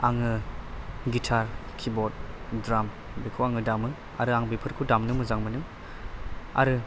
आङो guitar keyboard drum बेखौ आङो दामो आरो आं बेफोरखौ दामनो मोजां मोनो आरो